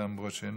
איתן ברושי,